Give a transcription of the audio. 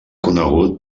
conegut